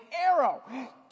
arrow